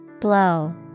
Blow